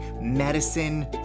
medicine